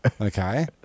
Okay